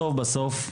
בסוף,